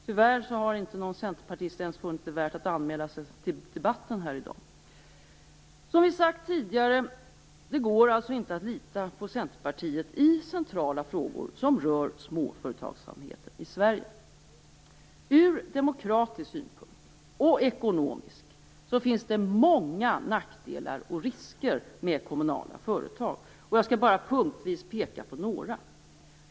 Tyvärr har ingen centerpartist ens funnit det värt att anmäla sig till debatten här i dag. Som vi sagt tidigare: Det går alltså inte att lita på Centerpartiet i centrala frågor som rör småföretagsamheten i Sverige. Ur demokratisk synpunkt, och ekonomisk, finns det många nackdelar och risker med kommunala företag. Jag skall bara punktvis peka på några.